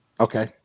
Okay